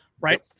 right